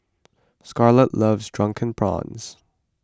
Scarlet loves Drunken Prawns